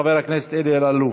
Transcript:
חבר הכנסת אלי אלאלוף.